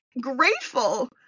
grateful